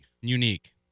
Unique